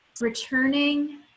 returning